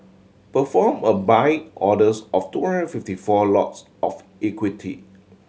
perform a Buy orders of two fifty four lots of equity